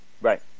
Right